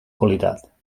qualitat